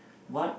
what